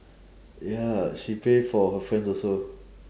ya she pay for her friends also